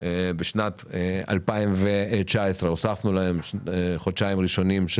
בשנת 2019. הוספנו להם חודשיים ראשונים של